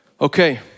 Okay